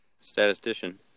Statistician